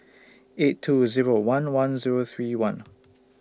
eight two Zero one one Zero three one